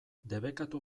debekatu